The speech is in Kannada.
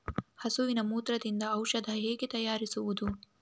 ಹಸುವಿನ ಮೂತ್ರದಿಂದ ಔಷಧ ಹೇಗೆ ತಯಾರಿಸುವುದು?